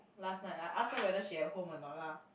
last night I asked her whether she at home or not lah